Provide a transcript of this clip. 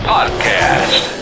Podcast